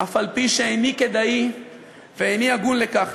אף-על-פי שאיני כדאי והגון לכך.